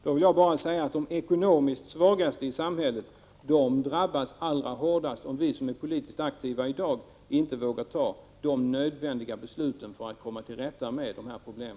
Då vill jag bara säga att de ekonomiskt svagaste i samhället drabbas allra hårdast om vi som är politiskt aktiva i dag inte vågar fatta de beslut som är nödvändiga för att komma till rätta med dessa problem.